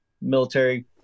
military